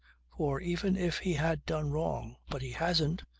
for even if he had done wrong but he hasn't,